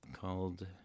called